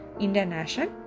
International